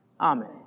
Amen